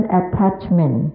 attachment